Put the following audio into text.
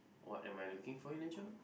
what am I looking for in a job